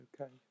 okay